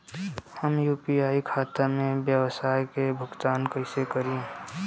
हम यू.पी.आई खाता से व्यावसाय के भुगतान कइसे करि?